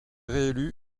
réélu